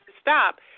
stop